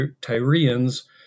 Tyrians